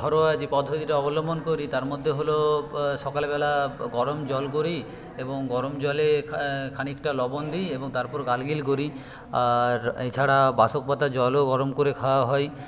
ঘরোয়া যে পদ্ধতিটা অবলম্বন করি তারমধ্যে হলো সকালবেলা গরম জল করি এবং গরম জলে খানিকটা লবণ দিই এবং তারপর গার্গল করি আর এছাড়া বাসক পাতার জলও গরম করে খাওয়া হয়